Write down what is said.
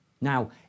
Now